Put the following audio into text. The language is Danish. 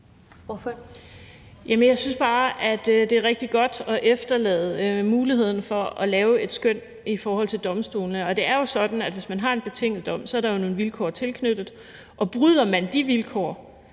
Jeg synes bare, det er rigtig godt at efterlade muligheden for at lave et skøn hos domstolene. Det er jo sådan, at hvis man har en betinget dom, er der nogle vilkår tilknyttet, og bryder man de vilkår,